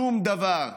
שום דבר,